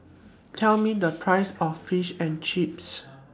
Tell Me The Price of Fish and Chips